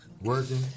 Working